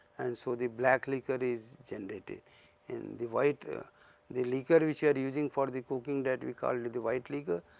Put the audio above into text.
and so the black liquor is generated in the white, the liquor which we are using for the cooking that we called the white liquor.